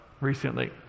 recently